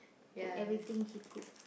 put everything she cook